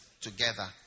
together